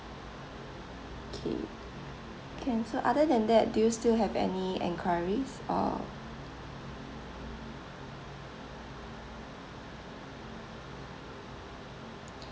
okay can so other than that do you still have any inquiries or